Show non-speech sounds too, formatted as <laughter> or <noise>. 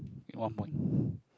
one point <breath>